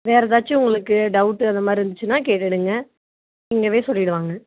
வேறு எதாச்சும் உங்களுக்கு டவுட்டு அந்த மாதிரி இருந்துச்சுன்னா கேட்டுவிடுங்க இங்கேவே சொல்லிவிடுவாங்க